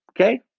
okay